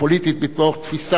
מתוך תפיסה אנושית.